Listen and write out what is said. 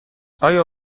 آیا